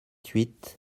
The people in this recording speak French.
huit